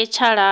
এছাড়া